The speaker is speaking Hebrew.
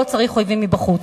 לא צריך אויבים מבחוץ.